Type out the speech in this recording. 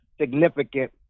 significant